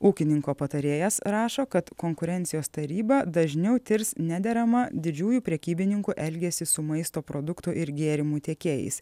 ūkininko patarėjas rašo kad konkurencijos taryba dažniau tirs nederamą didžiųjų prekybininkų elgesį su maisto produktų ir gėrimų tiekėjais